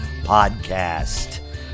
podcast